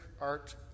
art